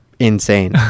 insane